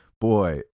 Boy